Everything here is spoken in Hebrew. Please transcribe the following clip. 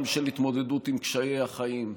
גם של התמודדות עם קשיי החיים.